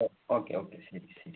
ഓ okay okay ശരി ശരി